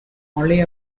only